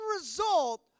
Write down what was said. result